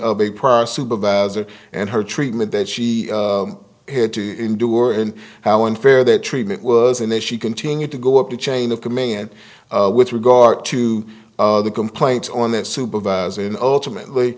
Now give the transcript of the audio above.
a prior supervisor and her treatment that she had to endure and how unfair that treatment was in a she continued to go up the chain of command with regard to the complaints on that supervisor and ultimately